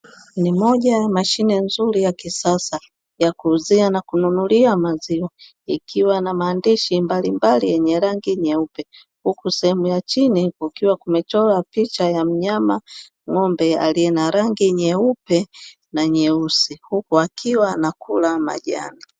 Ni moja ya mashine nzuri ya kisasa ya kuuzia na kununulia maziwa ikiwa na maandishi mbalimbali yenye rangi nyeupe huku sehemu ya chini kukiwa kumechorwa picha ya mnyama ng'ombe aliye na rangi nyeupe na nyeusi huku akiwa anakula majani.